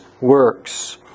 works